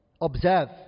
Observe